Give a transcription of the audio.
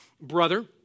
brother